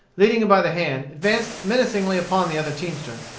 leading him by the hand, advanced menacingly upon the other teamster,